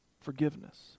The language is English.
forgiveness